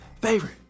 favorite